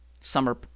summer